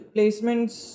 Placements